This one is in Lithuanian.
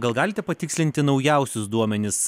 gal galite patikslinti naujausius duomenis